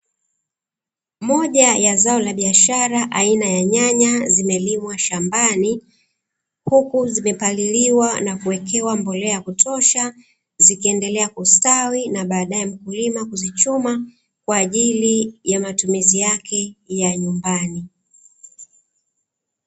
Moja ya zao la biashara aina ya nyanya zimelimwa shambani, huku zimepaliliwa na kuwekewa mbolea ya kutosha zikiendelea kustawi na baadae mkulima kuzichuma, kwa ajili ya matumizi yake ya nyumbani.